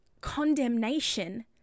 condemnation